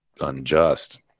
unjust